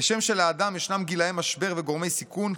כשם שלאדם ישנם גילאי משבר וגורמי סיכון,